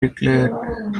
declared